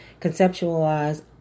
conceptualize